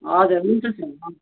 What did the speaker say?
हजुर हुन्छ सर